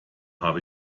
hab